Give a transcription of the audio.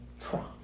Trump